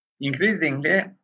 Increasingly